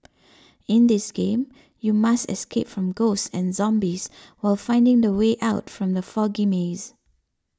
in this game you must escape from ghosts and zombies while finding the way out from the foggy maze